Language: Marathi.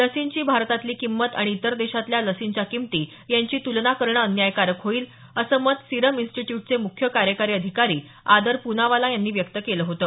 लसीची भारतातली किंमत आणि इतर देशातल्या लसींच्या किमती यांची तुलना करणं अन्याकारक होईल असं मत सीरम इन्स्टिट्यूटचे मुख्य कार्यकारी अधिकारी अदर पूनावाला यांनी व्यक्त केलं होतं